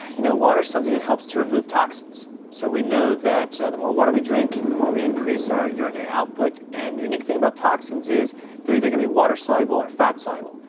you know, water's something that helps to remove toxins. so we know that the more water we drink, the more we increase our urinary output and the unique thing about toxins is they're either gonna be water soluble or fat soluble.